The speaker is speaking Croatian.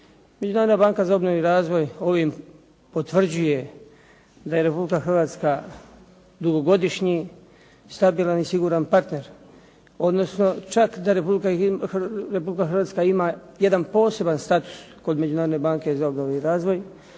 Međunarodna banka za obnovu i razvoj ovim potvrđuje da je Republika Hrvatska dugogodišnji stabilan i siguran partner odnosno čak da Republika Hrvatska ima jedan poseban status kod Međunarodne banke za obnovu i razvoj